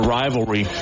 rivalry